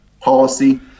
policy